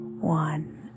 one